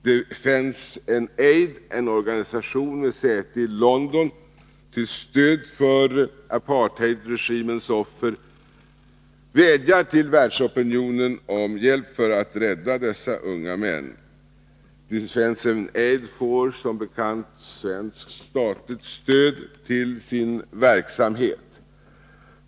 Defence and Aid Fund, en organisation med säte i London till stöd för apartheidregimens offer, vädjar till världsopinionen om hjälp för att rädda dessa unga män. Defenc and Aid får som bekant svenskt statligt stöd till sin verksamhet.